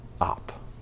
up